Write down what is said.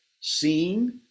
seen